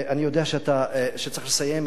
אני יודע שצריך לסיים.